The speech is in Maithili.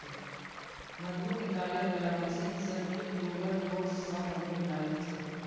मधु निकालै बला मशीन सेंट्रिफ्युगल फोर्स सँ मधु निकालै छै